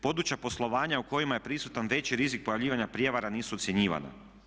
Područja poslovanja u kojima je prisutan veći rizik pojavljivanja prijevara nisu ocjenjivana.